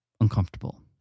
uncomfortable